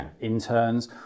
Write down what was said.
interns